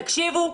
תקשיבו,